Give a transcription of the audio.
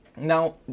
Now